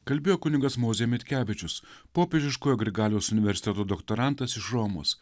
kalbėjo kunigas mozė mitkevičius popiežiškojo grigaliaus universiteto doktorantas iš romos